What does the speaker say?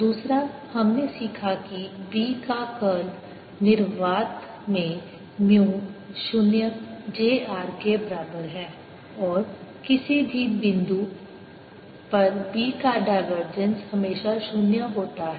दूसरा हमने सीखा कि B का कर्ल निर्वात में म्यू शून्य j r के बराबर है और किसी भी बिंदु पर B का डायवर्जेंस हमेशा शून्य होता है